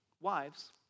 wives